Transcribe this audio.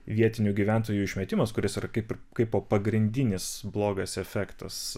vietinių gyventojų išmetimas kuris ar kaip kaipo pagrindinis blogas efektas